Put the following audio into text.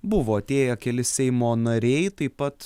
buvo atėję keli seimo nariai taip pat